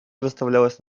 выставлялась